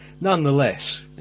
nonetheless